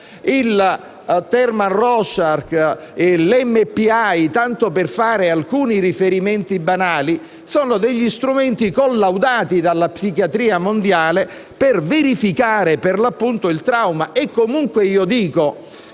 Il *Thermal Rorschach* e l'MMPI, tanto per fare alcuni riferimenti banali, sono strumenti collaudati dalla psichiatria mondiale per verificare il trauma.